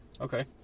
Okay